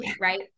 Right